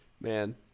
man